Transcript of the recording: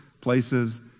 places